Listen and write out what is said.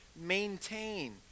maintain